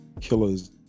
killers